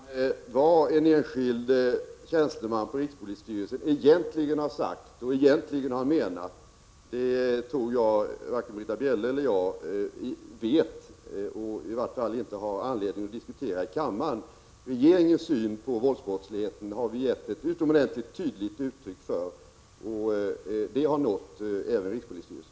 Fru talman! Vad en enskild tjänsteman på rikspolisstyrelsen egentligen har sagt och egentligen har menat tror jag varken Britta Bjelle eller jag vet — och i varje fall har vi inte anledning att diskutera det i kammaren. Regeringens syn på våldsbrottsligheten har vi gett ett utomordentligt tydligt uttryck för, och det har även nått rikspolisstyrelsen.